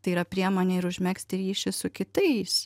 tai yra priemonė ir užmegzti ryšį su kitais